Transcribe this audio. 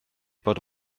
bod